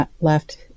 left